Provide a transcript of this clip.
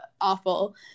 awful